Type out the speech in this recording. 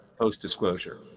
post-disclosure